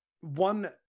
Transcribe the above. one